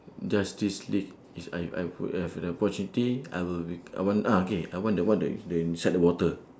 justice league is I I would have the opportunity I will bec~ I want ah K I want the what the the inside the water